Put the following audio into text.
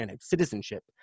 citizenship